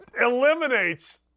eliminates